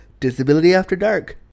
DisabilityAfterDark